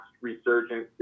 resurgence